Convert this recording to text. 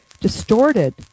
distorted